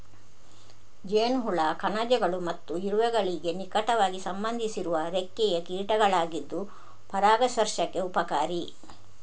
ಜೇನುಹುಳ ಕಣಜಗಳು ಮತ್ತು ಇರುವೆಗಳಿಗೆ ನಿಕಟವಾಗಿ ಸಂಬಂಧಿಸಿರುವ ರೆಕ್ಕೆಯ ಕೀಟಗಳಾಗಿದ್ದು ಪರಾಗಸ್ಪರ್ಶಕ್ಕೆ ಉಪಕಾರಿ